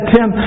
Tim